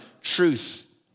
truth